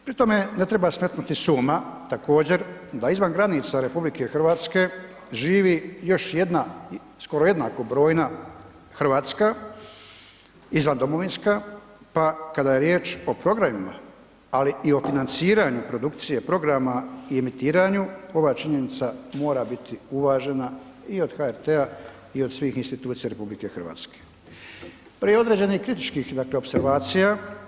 Pri tome ne treba smetnuti s uma također da izvan granica RH živi još jedna skoro jednako brojna Hrvatska izvan domovinska, pa kada je riječ o programima, ali i o financiranju produkcije programa i emitiranju ova činjenica mora biti uvažena i od HRT-a i od svih institucija RH, pa i određenih kritičkih opservacija.